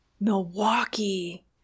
Milwaukee